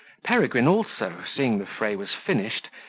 peregrine also, seeing the fray was finished,